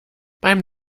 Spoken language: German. beim